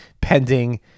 pending